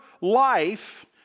life